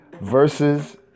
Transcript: versus